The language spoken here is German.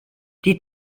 die